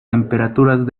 temperaturas